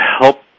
help